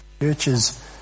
Churches